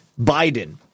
Biden